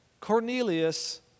Cornelius